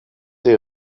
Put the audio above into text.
day